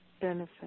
benefit